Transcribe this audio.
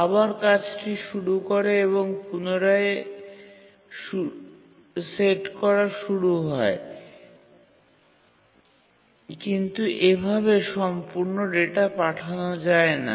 আবার কাজটি শুরু করে এবং পুনরায় সেট করা শুরু হয় কিন্তু এভাবে সম্পূর্ণ ডেটা পাঠানো যায় না